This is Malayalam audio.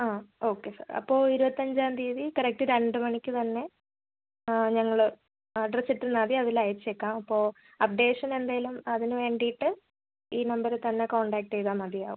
ആ ഓക്കെ സാർ അപ്പോൾ ഇരുപത്തഞ്ചാം തീയ്യതി കറക്റ്റ് രണ്ടു മണിക്ക് തന്നെ ഞങ്ങൾ അഡ്രസ്സ് ഇട്ടിരുന്നാൽ മതി അതിൽ അയച്ചേക്കാം അപ്പോൾ അപ്ഡേഷൻ എന്തെങ്കിലും അതിന് വേണ്ടിയിട്ട് ഈ നമ്പറിൽ തന്നെ കോൺടാക്ട് ചെയ്താൽ മതിയാവും